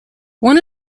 one